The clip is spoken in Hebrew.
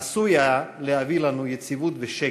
עשוי היה להביא לנו יציבות ושקט,